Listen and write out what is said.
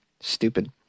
Stupid